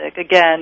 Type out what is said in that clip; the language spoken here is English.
again